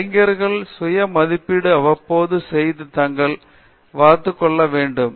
அறிஞர்கள் சுய மதிப்பீடு அவ்வப்போது செய்து தங்களை வளர்ந்து கொள்ள வேண்டும்